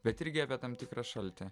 bet irgi apie tam tikrą šaltį